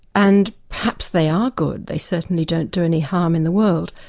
and perhaps they are good, they certainly don't do any harm in the world,